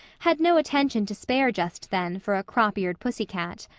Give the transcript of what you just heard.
had no attention to spare just then for a crop-eared pussy cat.